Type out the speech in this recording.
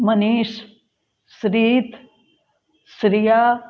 Manish Sudeep Shriya